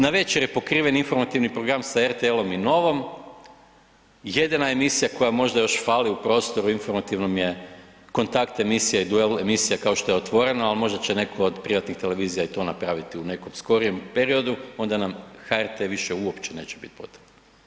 Navečer je pokriven informativni program sa RTL-om i Novom, jedina emisija koja možda još fali u prostoru informativnom je kontakt emisija i duel emisija kao što je „Otvoreno“, ali možda će netko od privatnih televizija i to napraviti u nekom skorijem periodu onda nam HRT više uopće neće biti potreban.